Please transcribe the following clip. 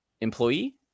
employee